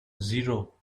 zero